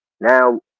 Now